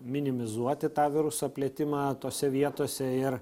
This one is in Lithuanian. minimizuoti tą viruso plitimą tose vietose ir